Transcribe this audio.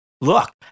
Look